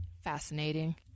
Fascinating